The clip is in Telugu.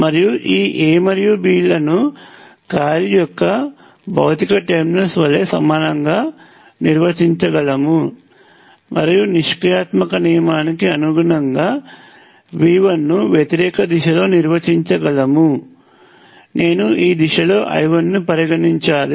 మరియు ఈ A మరియు B లను కాయిల్ యొక్క భౌతిక టెర్మినల్స్ వలె సమానంగా నిర్వచించగలము మరియు నిష్క్రియాత్మక నియమానికి అనుగుణంగా V1 ను వ్యతిరేక దిశలో నిర్వచించగలము నేను ఈ దిశలో I1 ను పరిగణించాలి